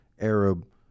Arab